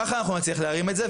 ככה אנחנו נצליח להרים את זה,